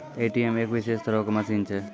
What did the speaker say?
ATM एक विशेष तरहो के मशीन छै